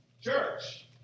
church